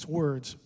words